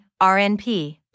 RNP